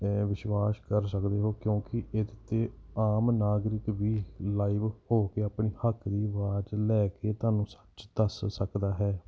ਵਿਸ਼ਵਾਸ ਕਰ ਸਕਦੇ ਹੋ ਕਿਉਂਕਿ ਇਹਦੇ 'ਤੇ ਆਮ ਨਾਗਰਿਕ ਵੀ ਲਾਇਵ ਹੋ ਕੇ ਆਪਣੇ ਹੱਕ ਦੀ ਆਵਾਜ਼ ਲੈ ਕੇ ਤੁਹਾਨੂੰ ਸੱਚ ਦੱਸ ਸਕਦਾ ਹੈ